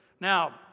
Now